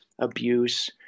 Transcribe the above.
abuse